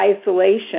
isolation